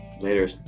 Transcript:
Later